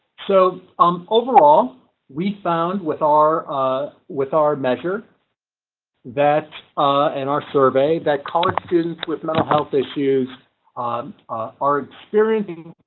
so um overall we found with our ah with our measure that in and our survey that college students with mental health issues on our experiencing